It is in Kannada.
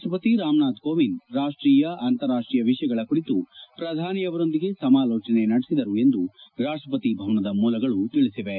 ರಾಷ್ಷಪತಿ ರಾಮನಾಥ್ ಕೋವಿಂದ್ ರಾಷ್ಷೀಯ ಅಂತಾರಾಷ್ಷೀಯ ವಿಷಯಗಳ ಕುರಿತು ಪ್ರಧಾನಿಯವರೊಂದಿಗೆ ಸಮಾಲೋಚನೆ ನಡೆಸಿದರು ಎಂದು ರಾಷ್ಷಪತಿ ಭವನದ ಮೂಲಗಳು ತಿಳಿಸಿವೆ